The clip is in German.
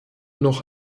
noch